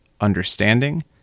understanding